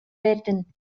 werden